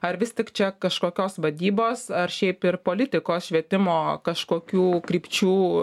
ar vis tik čia kažkokios vadybos ar šiaip ir politikos švietimo kažkokių krypčių